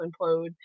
implode